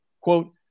quote